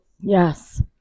Yes